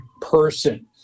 person